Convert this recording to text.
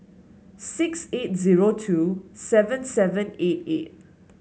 six eight zero two seven seven eight eight